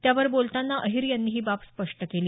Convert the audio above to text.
त्यावर बोलताना अहीर यांनी ही बाब स्पष्ट केली